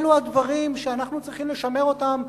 אלו הדברים שאנחנו צריכים לשמר אותם,